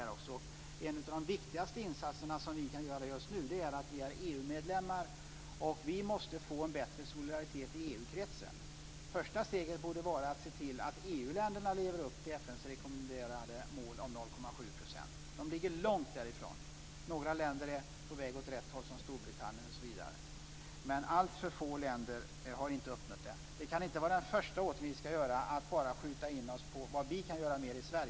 En av de viktigaste insatserna vi kan göra just nu är att vi är EU-medlemmar. Vi måste få en bättre solidaritet i EU-kretsen. Första steget borde vara att se till EU-länderna lever upp till FN:s rekommenderade mål om 0,7 %. De ligger långt därifrån. Några länder, som Storbritannien, är på väg åt rätt håll. Men alltför få länder har inte uppnått det målet. Den första åtgärden vi ska vidta kan inte vara att bara skjuta in oss på vad vi i Sverige kan göra mer.